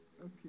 Okay